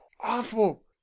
awful